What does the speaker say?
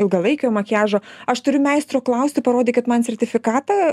ilgalaikio makiažo aš turiu meistro klausti parodykit man sertifikatą